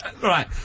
right